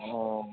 ও